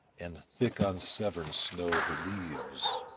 and thick on severn snow the leaves.